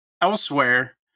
elsewhere